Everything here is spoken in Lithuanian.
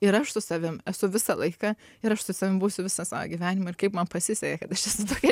ir aš su savim esu visą laiką ir aš su savim būsiu visą savo gyvenimą ir kaip man pasisekė kad aš esu tokia